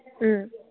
ꯎꯝ